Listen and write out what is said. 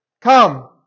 Come